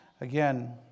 again